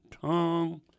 tongue